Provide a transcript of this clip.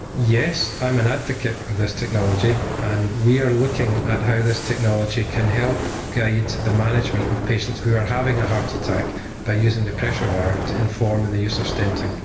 yes, i'm an advocate of this technology and we are looking at how this technology can help guide the management of patients who are having a heart attack by using the pressure wire to inform in the use of stenting.